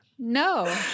No